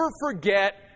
forget